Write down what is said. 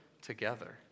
together